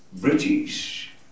british